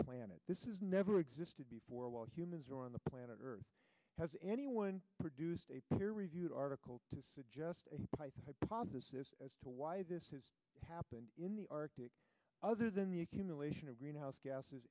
planet this is never existed before while humans are on the planet earth has anyone produced a peer reviewed article to suggest a hypothesis as to why this has happened in the arctic other than the accumulation of greenhouse gases